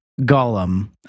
Gollum